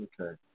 Okay